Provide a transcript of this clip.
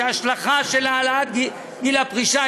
וההשלכה של העלאת גיל הפרישה,